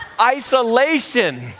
isolation